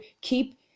keep